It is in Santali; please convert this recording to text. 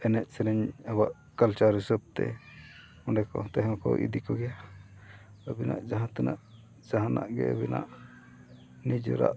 ᱮᱱᱮᱡ ᱥᱮᱨᱮᱧ ᱟᱵᱚᱣᱟᱜ ᱠᱟᱞᱪᱟᱨ ᱦᱤᱥᱟᱹᱵᱽ ᱛᱮ ᱚᱸᱰᱮ ᱠᱚ ᱛᱟᱦᱮᱸ ᱦᱚᱸᱠᱚ ᱤᱫᱤ ᱠᱚᱜᱮᱭᱟ ᱟᱹᱵᱤᱱᱟᱜ ᱡᱟᱦᱟᱸ ᱛᱤᱱᱟᱹᱜ ᱡᱟᱦᱟᱱᱟᱜ ᱜᱮ ᱟᱵᱤᱱᱟᱜ ᱱᱤᱡᱮᱨᱟᱜ